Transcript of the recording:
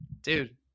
dude